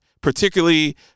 particularly